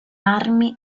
armi